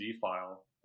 file